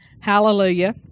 hallelujah